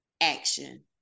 action